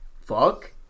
fuck